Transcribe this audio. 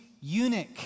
eunuch